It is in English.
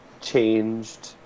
changed